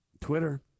Twitter